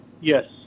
Yes